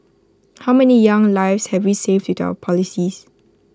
how many young lives have we saved with our policies